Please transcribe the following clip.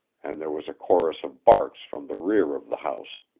and there was a chorus of barks from the rear of the house.